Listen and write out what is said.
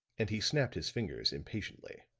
and he snapped his fingers impatiently.